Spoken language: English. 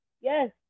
Yes